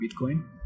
Bitcoin